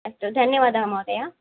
अस्तु धन्यवादः महोदय